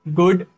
good